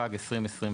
התשפ"ג 2023."